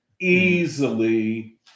easily